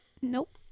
Nope